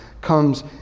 comes